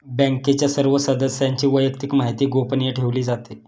बँकेच्या सर्व सदस्यांची वैयक्तिक माहिती गोपनीय ठेवली जाते